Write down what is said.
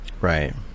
Right